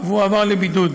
והוא הועבר לבידוד.